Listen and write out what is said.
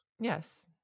Yes